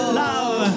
love